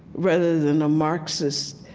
rather than a marxist,